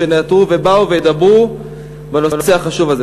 שנעתרו ובאו וידברו בנושא החשוב הזה.